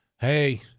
Hey